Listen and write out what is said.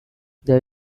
there